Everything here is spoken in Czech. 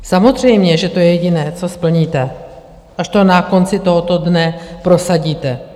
Samozřejmě že to je jediné, co splníte, až to na konci tohoto dne prosadíte.